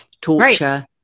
torture